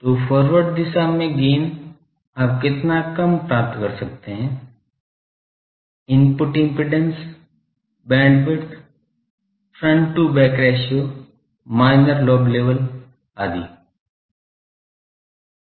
तो बैकवर्ड दिशा में गेन आप कितना कम प्राप्त कर सकते हैं input impedance bandwidth front to back ratio minor lobe level आदि